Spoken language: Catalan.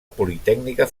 politècnica